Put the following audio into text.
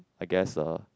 I guess uh